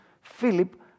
Philip